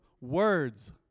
Words